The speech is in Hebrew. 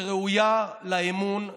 שראויה לאמון שלכם.